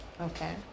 Okay